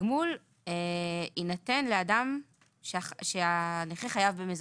שהתגמול יינתן לאדם שהנכה חייב במזונותיו.